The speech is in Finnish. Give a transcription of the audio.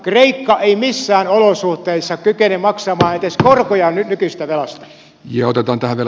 kreikka ei missään olosuhteissa kykene maksamaan edes korkoja nykyisestä velasta